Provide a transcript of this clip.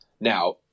Now